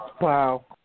Wow